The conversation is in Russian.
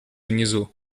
внизу